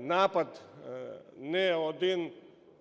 напад, не один